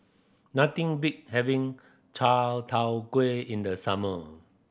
nothing beats having chai tow kway in the summer